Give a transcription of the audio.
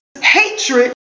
hatred